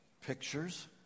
pictures